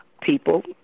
people